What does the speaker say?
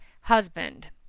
husband